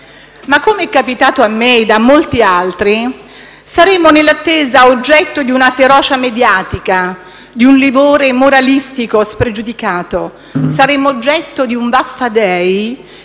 e, come è capitato a me e a molti altri, saremmo, nell'attesa, oggetto di una ferocia mediatica, di un livore moralistico spregiudicato; saremmo oggetto di un «Vaffa